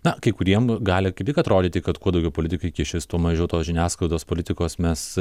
na kai kuriem nu gali kaip tik atrodyti kad kuo daugiau politikai kišis tuo mažiau tos žiniasklaidos politikos mes